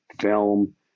Film